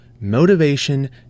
Motivation